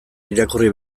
irakurri